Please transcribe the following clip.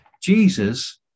Jesus